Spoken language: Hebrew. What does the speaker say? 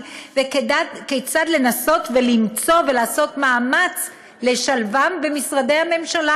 וכיצד לנסות למצוא ולעשות מאמץ לשלבם במשרדי הממשלה.